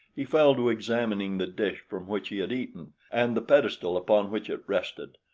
he fell to examining the dish from which he had eaten and the pedestal upon which it rested.